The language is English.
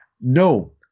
No